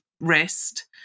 rest